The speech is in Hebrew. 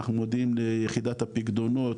אנחנו מודעים ליחידת הפיקדונות,